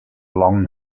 long